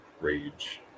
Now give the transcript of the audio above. rage